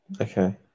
Okay